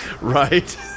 Right